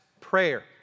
prayer